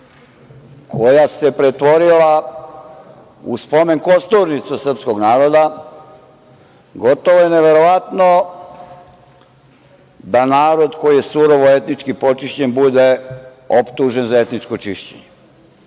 koja se pretvorila u spomen kosturnicu srpskog naroda, gotovo je neverovatno da narod koji je surovo etnički počišćen bude optužen za etničko čišćenje.